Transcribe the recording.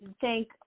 thank